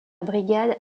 brigade